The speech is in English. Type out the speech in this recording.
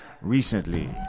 recently